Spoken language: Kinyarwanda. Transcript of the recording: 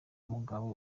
mugabe